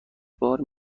بار